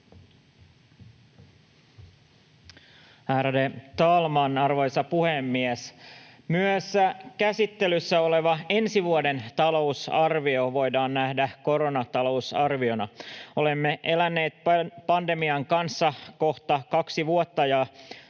Ärade talman, arvoisa puhemies! Myös käsittelyssä oleva ensi vuoden talousarvio voidaan nähdä koronatalousarviona. Olemme eläneet pandemian kanssa kohta kaksi vuotta,